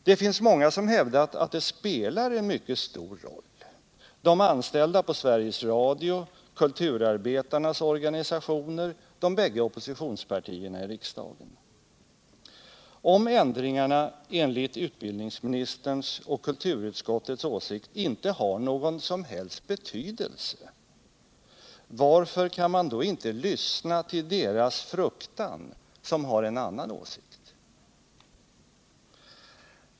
Det finns många som hävdat att det spelar en mycket stor roll — de anställda på Sveriges Radio, kulturarbetarnas organisationer och de bägge oppositionspartierna i riksdagen. Om ändringarna enligt utbildningsministerns och kulturutskottets åsikt inte har någon som helst betydelse, varför kan man då inte lyssna till deras fruktan som har en annan åsikt?